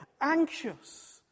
Anxious